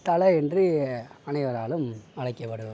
தலை என்று அனைவராலும் அழைக்கப்படுவர்